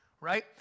right